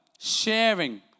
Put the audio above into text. Sharing